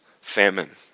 famine